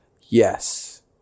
Yes